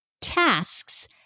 tasks